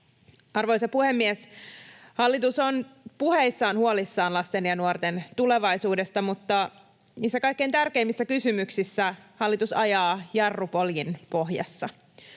Arvoisa puhemies! Hallitus on puheissaan huolissaan lasten ja nuorten tulevaisuudesta, mutta niissä kaikkein tärkeimmissä kysymyksissä hallitus ajaa jarrupoljin pohjassa.